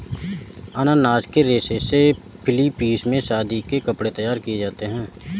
अनानास के रेशे से फिलीपींस में शादी के कपड़े तैयार किए जाते हैं